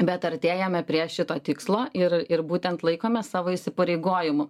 bet artėjame prie šito tikslo ir ir būtent laikome savo įsipareigojimų